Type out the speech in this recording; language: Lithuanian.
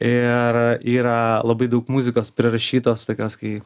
ir yra labai daug muzikos prirašytos tokios kai